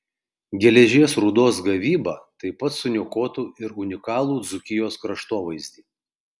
geležies rūdos gavyba taip pat suniokotų ir unikalų dzūkijos kraštovaizdį